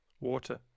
water